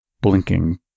blinking